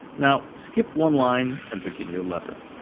now, skip one line and begin your letter.